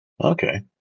Okay